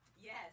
Yes